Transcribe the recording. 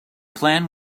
plan